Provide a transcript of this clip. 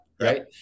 right